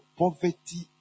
poverty